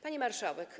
Pani Marszałek!